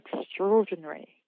extraordinary